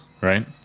right